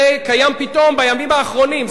קיים פתאום בימים האחרונים,